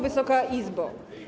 Wysoka Izbo!